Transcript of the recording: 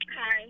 Hi